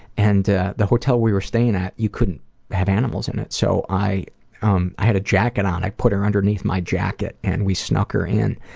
and ah the hotel we were staying at, you couldn't have animals in it, so i um i had a jacket on, i put her underneath my jacket and we snuck her in.